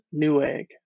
Newegg